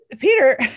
peter